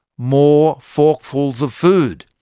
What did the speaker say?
more forkfuls of food.